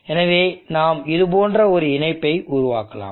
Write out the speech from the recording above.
எனவே நாம் இது போன்ற ஒரு இணைப்பை உருவாக்கலாம்